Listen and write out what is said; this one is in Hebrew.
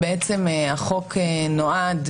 בעצם החוק נועד,